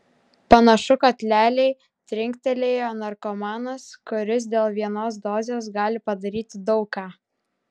panašu kad lialiai trinktelėjo narkomanas kuris dėl vienos dozės gali padaryti daug ką